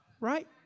right